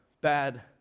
bad